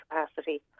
capacity